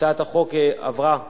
הצעת החוק עברה בוועדה.